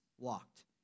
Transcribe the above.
walked